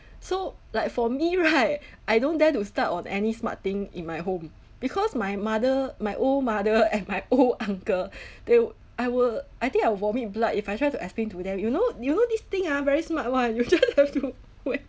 so like for me right I don't dare to start on any smart thing in my home because my mother my old mother and my old uncle they would I will I think I will vomit blood if I try to explain to them you know you know this thing ah very smart [one] you don't have to